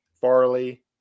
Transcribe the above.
Farley